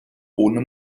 ohne